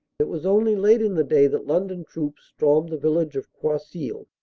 it was only late in the day that london troops stormed the village of croisilles.